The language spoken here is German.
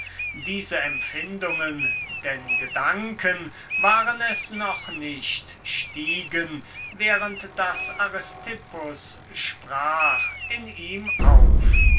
diese empfindungen denn gedanken waren es noch nicht stiegen während daß aristippus sprach in ihm auf